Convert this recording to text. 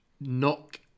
knock